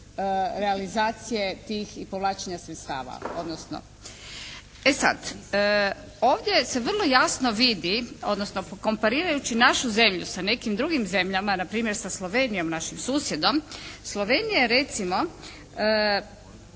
realizacije tih i povlačenja sredstava, odnosno. E sad, ovdje se vrlo jasno vidi, odnosno komparirajući našu zemlju sa nekim drugim zemljama, npr. sa Slovenijom, našim susjedom, Slovenija recimo